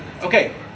Okay